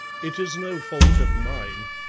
it is no fault of mine.